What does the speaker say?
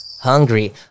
Hungry